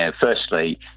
Firstly